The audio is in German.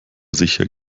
sicher